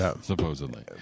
supposedly